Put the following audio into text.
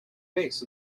base